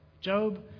Job